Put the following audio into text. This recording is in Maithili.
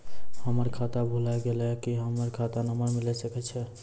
हमर खाता भुला गेलै, की हमर खाता नंबर मिले सकय छै?